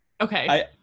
Okay